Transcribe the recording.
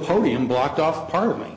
podium blocked off part of me